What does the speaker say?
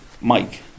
Mike